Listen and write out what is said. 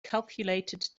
calculated